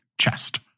chest